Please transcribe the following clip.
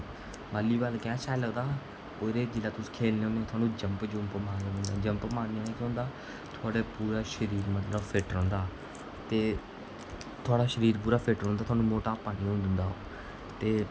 volleyball की शैल लगदा ओह्दे च जिसलै तुस खेढने होन्ने तुसें जम्प मारने होंदे जम्प मारने कन्नै थुआढे पूरे शरीर फिट रौंह्दा ते थुआढ़ा शरीर पूरा फिट रौंह्दा थुहानूं मटापा नेईं होंदा ते